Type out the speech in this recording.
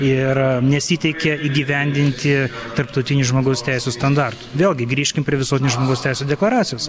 ir nesiteikia įgyvendinti tarptautinių žmogaus teisių standartų vėlgi grįžkim prie visuotinės žmogaus teisių dekoracijos